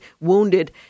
wounded